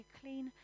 clean